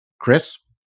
Chris